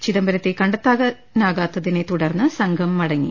ചിദംബരത്തെ കണ്ടെത്താനാകാത്തതിനെ തുടർന്ന് സംഘം മടങ്ങി